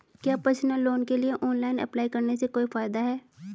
क्या personal loan के लिए ऑनलाइन अप्लाई करने से कोई फायदा है?